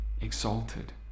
exalted